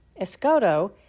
Escoto